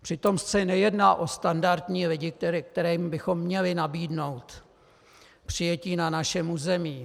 Přitom se nejedná o standardní lidi, který bychom měli nabídnout přijetí na našem území.